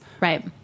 Right